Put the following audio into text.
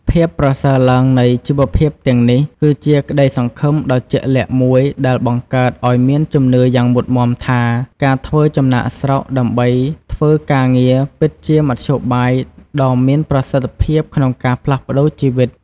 ភាពប្រសើរឡើងនៃជីវភាពទាំងនេះ គឺជាក្តីសង្ឃឹមដ៏ជាក់លាក់មួយដែលបង្កើតឱ្យមានជំនឿយ៉ាងមុតមាំថា ការធ្វើចំណាកស្រុកដើម្បីធ្វើការងារពិតជាមធ្យោបាយដ៏មានប្រសិទ្ធភាពក្នុងការផ្លាស់ប្តូរជីវិត។